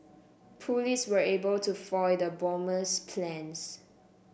police were able to foil the bomber's plans